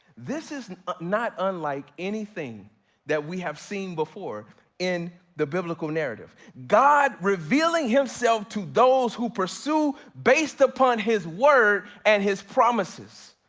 this is not unlike anything that we have seen before in the biblical narrative, god revealing himself to those who pursue based upon his word and his promises.